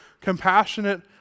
compassionate